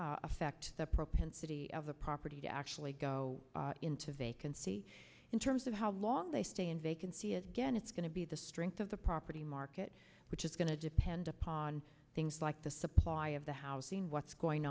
affect the propensity of a property to actually go into vacancy in terms of how long they stay in vacancy is get it's going to be the strength of the property market which is going to depend upon things like the supply of the housing what's going